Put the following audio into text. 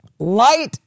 Light